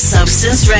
Substance